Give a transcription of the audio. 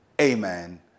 amen